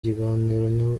kiganiro